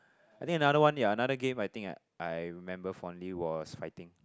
I think another one yea another game I think I remember funnily was fighting